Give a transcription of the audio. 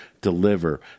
deliver